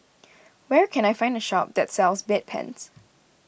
where can I find a shop that sells Bedpans